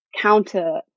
counter